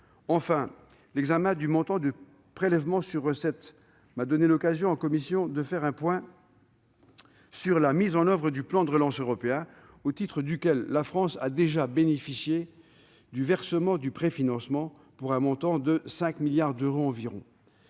Enfin, l'examen du montant du prélèvement sur recettes m'a donné l'occasion, en commission, de faire un point sur la mise en oeuvre du plan de relance européen, au titre duquel la France a déjà bénéficié du versement du préfinancement, pour un montant de 5 milliards d'euros environ.